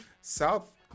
South